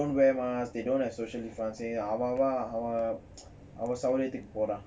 they don't wear masks they don't have social distancing அவனவன்அவன்சௌகரியத்துக்குபோறான்:avanavan avan sougariyathuku poraan